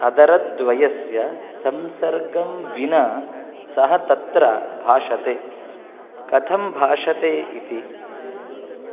अधरद्वयस्य संसर्गं विना सः तत्र भाषते कथं भाषते इति